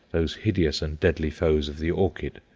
those hideous and deadly foes of the orchid,